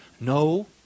No